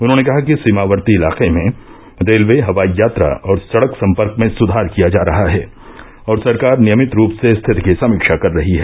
उन्होंने कहा कि सीमावर्ती इलाके में रेलवे हवाई यात्रा और सड़क सम्पर्क में सुधार किया जा रहा है और सरकार नियमित रूपसे स्थिति की समीक्षा कर रही है